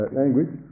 language